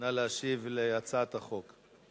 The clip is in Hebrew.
נא להשיב להצעת החוק.